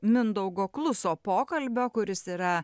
mindaugo kluso pokalbio kuris yra